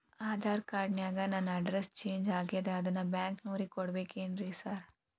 Aadhaar card ನ್ಯಾಗ ನನ್ address change ಆಗ್ಯಾದ ಅದನ್ನ ಬ್ಯಾಂಕಿನೊರಿಗೆ ಕೊಡ್ಬೇಕೇನ್ರಿ ಸಾರ್?